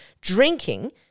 drinking